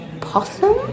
possum